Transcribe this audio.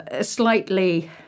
slightly